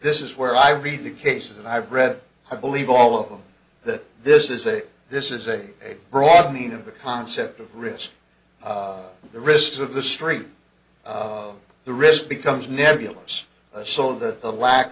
this is where i read the cases and i've read i believe all of them that this is a this is a broadening of the concept of risk the risks of the stream of the risk becomes nebulous so that the lack